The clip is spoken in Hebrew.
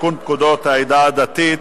לתיקון פקודת העדה הדתית,